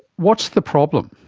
what's the problem?